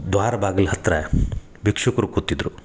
ದ್ವಾರಬಾಗ್ಲ ಹತ್ರ ಭಿಕ್ಷುಕರು ಕೂತಿದ್ದರು